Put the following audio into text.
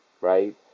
right